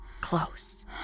close